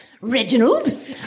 Reginald